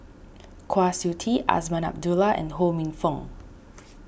Kwa Siew Tee Azman Abdullah and Ho Minfong